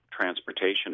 transportation